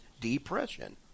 depression